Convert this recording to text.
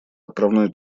отправной